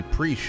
Pre